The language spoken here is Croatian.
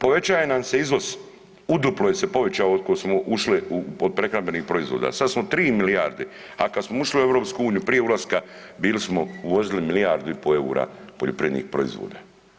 Povećaje nam se izvoz, u duplo je se povećao od kada smo ušli od prehrambenih proizvoda sada smo tri milijarde, a kada smo ušli u EU prije ulaska bili smo uvozili milijardu i pol eura poljoprivrednih proizvoda.